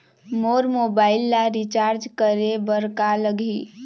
मोर mobile ला recharge करे बर का लगही?